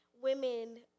women